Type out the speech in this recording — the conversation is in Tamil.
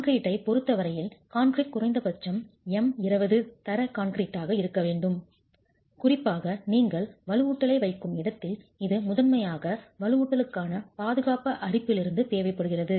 கான்கிரீட்டைப் பொறுத்த வரையில் கான்கிரீட் குறைந்தபட்சம் M20 தர கான்கிரீட்டாக இருக்க வேண்டும் குறிப்பாக நீங்கள் வலுவூட்டலை வைக்கும் இடத்தில் இது முதன்மையாக வலுவூட்டலுக்கான பாதுகாப்பு அரிப்பிலிருந்து தேவைப்படுகிறது